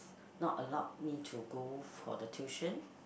not allowed me to go for the tuition